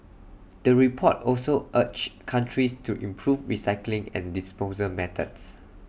the report also urged countries to improve recycling and disposal methods